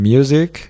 Music